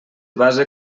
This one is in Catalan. base